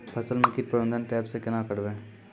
फसल म कीट प्रबंधन ट्रेप से केना करबै?